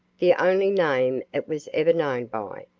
the only name it was ever known by,